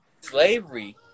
Slavery